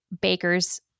Baker's